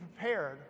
prepared